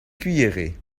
cuillerée